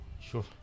Sure